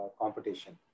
competition